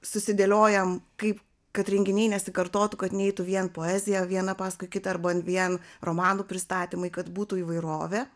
susidėliojom kaip kad renginiai nesikartotų kad neitų vien poezija viena paskui kitą arba vien romanų pristatymai kad būtų įvairovė